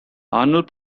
arnold